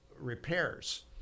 repairs